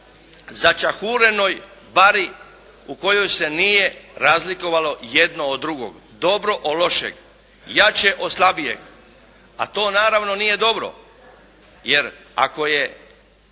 začahurenoj bari u kojoj se nije razlikovalo jedno od drugog, dobro od lošeg, jače od slabijeg, a to naravno nije dobro. Jer ako je